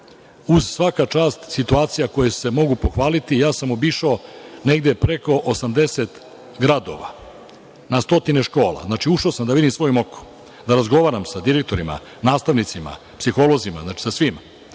Uz, svaka čast, situacije koje se mogu pohvaliti, obišao sam negde preko 80 gradova, na stotine škola, znači ušao sam da vidim svojim okom, da razgovaram sa direktorima, nastavnicima, psiholozima, sa svima.